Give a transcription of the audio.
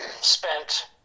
spent